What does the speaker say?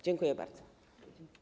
Dziękuję bardzo.